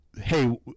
hey